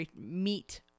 meet